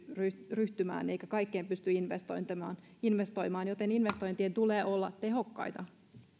ryhtymään eikä kaikkeen pysty investoimaan joten investointien tulee olla tehokkaita